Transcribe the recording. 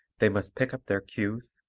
they must pick up their cues,